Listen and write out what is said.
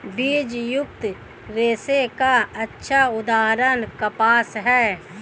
बीजयुक्त रेशे का अच्छा उदाहरण कपास है